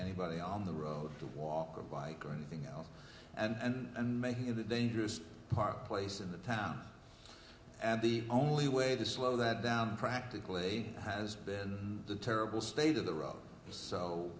anybody on the road to walk or bike or anything else and and make it a dangerous park place in the town and the only way to slow that down practically has been the terrible state of the road so